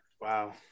Wow